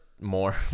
more